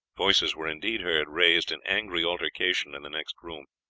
voices were indeed heard raised in angry altercation in the next room.